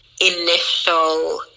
initial